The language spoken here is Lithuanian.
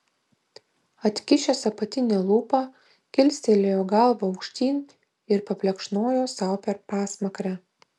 atkišęs apatinę lūpą kilstelėjo galvą aukštyn ir paplekšnojo sau per pasmakrę